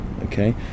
Okay